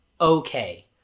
Okay